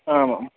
आमां